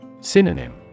Synonym